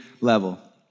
level